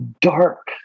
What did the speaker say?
dark